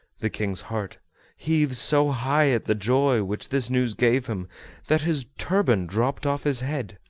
the king's heart heaved so high at the joy which this news gave him that his turban dropped off his head.